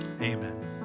Amen